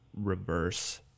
reverse